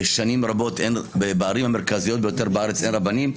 שנים רבות בערים המרכזיות ביותר בארץ אין רבנים.